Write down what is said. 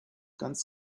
ganz